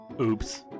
Oops